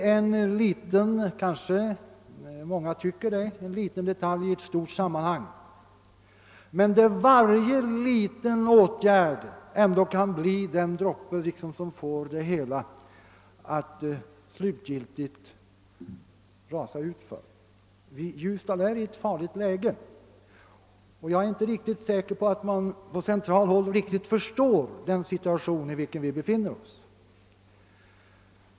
Många kanske tycker att detta är en liten detalj i ett stort sammanhang, men varje sådan liten detalj kan bli den droppe som kommer bägaren att rinna över — det vill säga länka utvecklingen i klart negativ riktning. Ljusdal är i ett farligt läge, och jag är inte säker på att man på centralt håll förstår vilken situation orten befinner sig i.